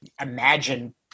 imagine